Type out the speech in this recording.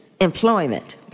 employment